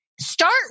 start